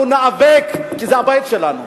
אנחנו ניאבק, כי זה הבית שלנו.